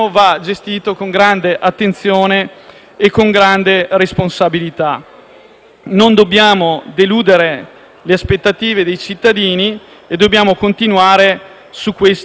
attenzione e responsabilità. Non dobbiamo deludere le aspettative dei cittadini e dobbiamo continuare su questo percorso, e siamo certi